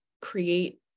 create